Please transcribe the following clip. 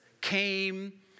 came